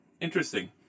Interesting